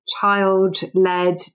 child-led